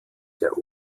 der